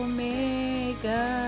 Omega